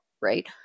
right